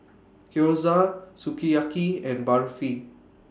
Gyoza Sukiyaki and Barfi